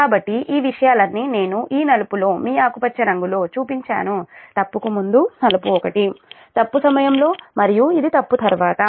కాబట్టి ఈ విషయాలన్నీ నేను ఈ నలుపులో మీ ఆకుపచ్చ రంగులో చూపించాను తప్పుకు ముందు నలుపు ఒకటి తప్పు సమయంలో మరియు ఇది తప్పు తర్వాత